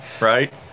right